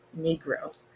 Negro